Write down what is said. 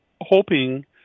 hoping